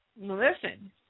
Listen